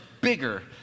bigger